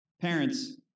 Parents